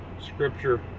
scripture